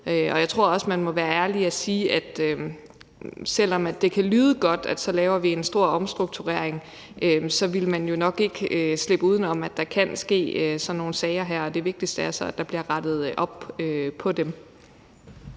Og jeg tror også, at man må være ærlig og sige, at selv om det kan lyde godt, at vi laver en stor omstrukturering, vil man jo nok ikke slippe uden om, at der kan ske sådan nogle sager her. Det vigtigste er så, at der bliver rettet op på dem.